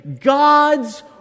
God's